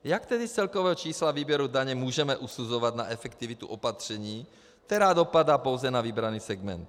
Jak tedy z celkového čísla výběru daně můžeme usuzovat na efektivitu opatření, která dopadá pouze na vybraný segment?